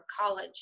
college